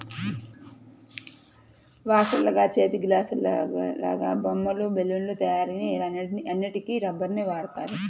వాషర్లుగా, చేతిగ్లాసులాగా, బొమ్మలు, బెలూన్ల తయారీ ఇలా అన్నిటికి రబ్బరుని వాడుతారు